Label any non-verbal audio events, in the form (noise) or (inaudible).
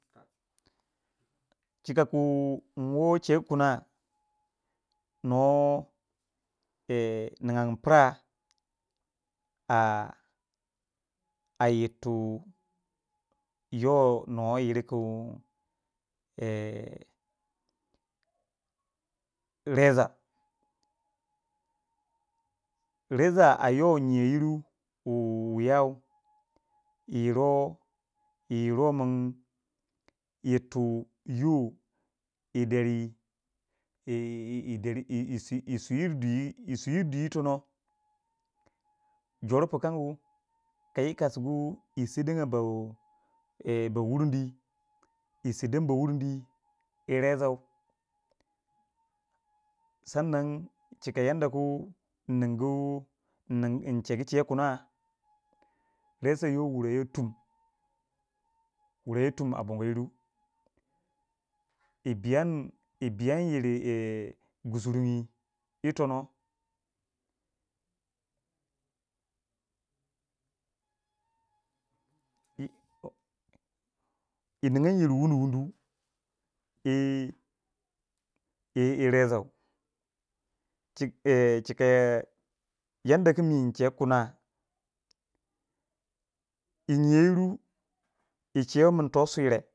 Chika ku nwo chegu kuna nwo (hesitation) nignagu pira a a yirtu yoh nwo yir kun (hesitation) reza, reza a yoh nyiyau wuru wu wiyau yi iro yi iro min yir tu yoh yi deri yi- yi- yi- yi- yi siri yi siruwa di yi siruwai di yi tono jor pu kangu kaiyi kasigu yi seduwei ba (hesitation) ba wurindi yi seduwei ba wurindi yi rezau sanan chika yan da ku inningu nchegu che wuna (unintelligible) wura ye tum. wura ye tum a bongo yiru yi biyan yi biyan yiri yi (hesitation) gusuruyi yi tono (hesitation) yi ningan yiri wunu wunu yi yi rezau chi (hesitation) chika (hesitation) yandaku mi chegu kuna yi niyau yiru yi che kun to sure.